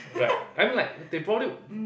right I'm like they